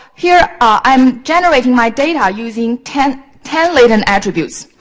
here, i'm generating my data using ten ten latent attributes.